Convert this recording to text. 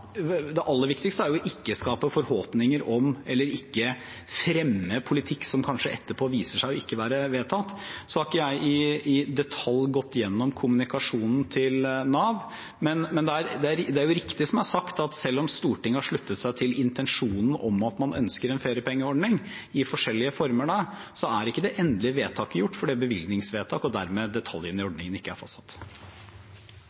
det aller viktigste ikke å skape forhåpninger om eller ikke fremme politikk som kanskje etterpå viser seg å ikke være vedtatt. Jeg har ikke gått gjennom kommunikasjonen til Nav i detalj, men det er riktig som det er sagt, at selv om Stortinget har sluttet seg til intensjonen om at man ønsker en feriepengeordning i forskjellige former, er ikke det endelige vedtaket fattet, for det er et bevilgningsvedtak, og dermed er ikke detaljene i